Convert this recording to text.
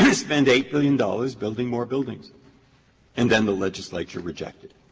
spend eight billion dollars building more buildings and then the legislature rejected